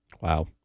Wow